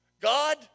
God